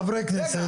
חברי הכנסת,